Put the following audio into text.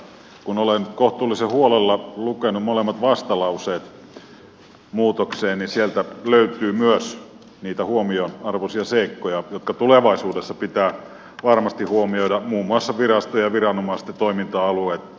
kun olen kohtuullisen huolella lukenut molemmat vastalauseet muutokseen niin sieltä löytyy myös niitä huomionarvoisia seikkoja jotka tulevaisuudessa pitää varmasti huomioida muun muassa virastojen ja viranomaisten toiminta alueet